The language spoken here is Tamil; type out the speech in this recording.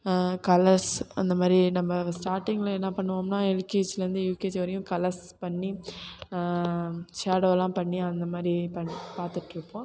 கலர்ஸ் அந்தமாதிரி நம்ம ஸ்டாட்டிங்கில் என்ன பண்ணுவோம்ன்னா எல்கேஜிலேந்து யுகேஜி வரையும் கலர்ஸ் பண்ணி ஷேடலாம் பண்ணி அந்தமாதிரி ப பார்த்துட்ருப்போம்